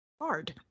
hard